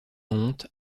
honte